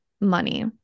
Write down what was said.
money